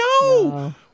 No